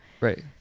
Right